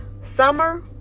summer